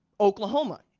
Oklahoma